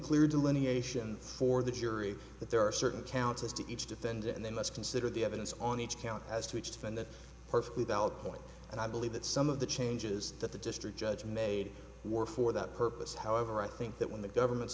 clear delineation for the jury that there are certain counts as to each defendant and they must consider the evidence on each count as to each to find that perfectly valid point and i believe that some of the changes that the district judge made were for that purpose however i think that when the government's